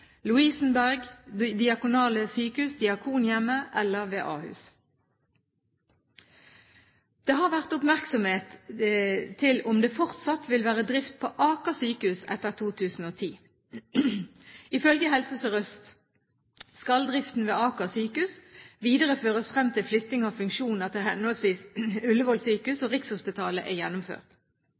Diakonale Sykehus, Diakonhjemmet eller Ahus. Det har vært oppmerksomhet ved om det fortsatt vil være drift på Aker sykehus etter 2010. Ifølge Helse Sør-Øst skal driften ved Aker sykehus videreføres frem til flytting av funksjoner til henholdsvis Ullevål sykehus og Rikshospitalet er gjennomført.